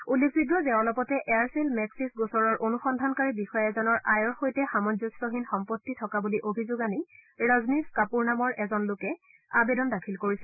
উল্লেখযোগ্য যে অলপতে এয়াৰচেল মেঙ্গিছ গোচৰৰ অনুসন্ধানকাৰী বিষয়া এজনৰ আয়ৰ সৈতে সামঞ্জস্যহীন সম্পত্তি থকা বুলি অভিযোগ আনি ৰজনীছ কাপুৰ নামৰ এজন লোকে আৱেদন দাখিল কৰিছিল